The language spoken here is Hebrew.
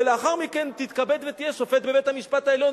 ולאחר מכן תתכבד ותהיה שופט בבית-המשפט העליון,